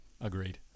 agreed